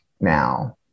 now